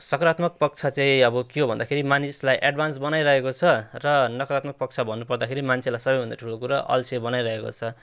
सकारात्मक पक्ष चाहिँ अब के हो भन्दाखेरि मानिसलाई एडभान्स बनाइरहेको छ र नकारात्मक पक्ष भन्नुपर्दाखेरि मान्छेलाई सबैभन्दा ठुलो कुरा अल्छे बनाइरहेको छ